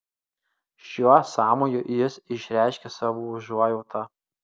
šiuo sąmoju jis išreiškė savo užuojautą